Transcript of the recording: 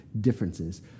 differences